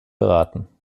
beraten